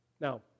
Now